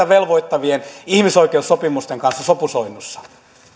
velvoittavien ihmisoikeussopimusten kanssa sopusoinnussa